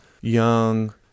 young